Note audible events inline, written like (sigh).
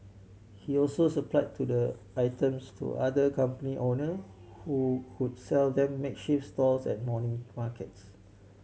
he also supply to the items to other company owner who (unintelligible) sell them makeshift stalls at morning markets